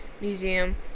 Museum